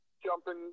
Jumping